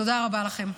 תודה רבה לכם.